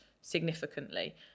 significantly